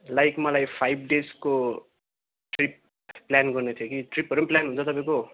like मलाई five डेजको trip plan गर्न थियो कि ट्रिपहरू प्लान हुन्छ तपाईँको